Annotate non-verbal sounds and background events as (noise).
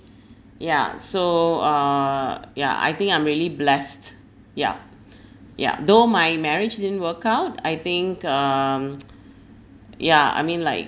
ya so err ya I think I'm really blessed yup (breath) yup though my marriage didn't work out I think um (noise) ya I mean like